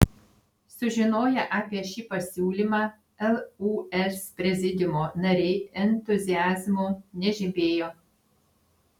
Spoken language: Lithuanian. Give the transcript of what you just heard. sužinoję apie šį pasiūlymą lūs prezidiumo nariai entuziazmu nežibėjo